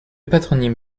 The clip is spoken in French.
patronyme